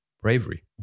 bravery